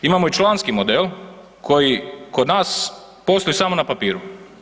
Imamo i članski model koji kod nas postoji samo na papiru.